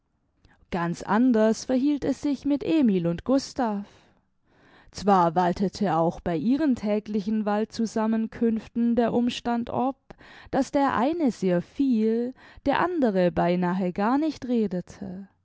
ganz anders verhielt es sich mit emil und gustav zwar waltete auch bei ihren täglichen waldzusammenkünften der umstand ob daß der eine sehr viel der andere beinahe gar nicht redete